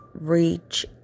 reach